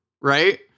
right